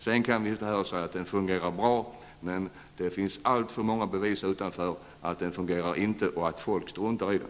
Vi kan stå här och säga att den fungerar bra, men det finns alltför många bevis på att den inte fungerar och att folk struntar i den.